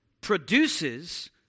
produces